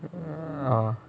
uh